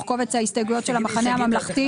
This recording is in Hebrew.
קובץ ההסתייגויות של המחנה הממלכתי.